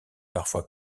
parfois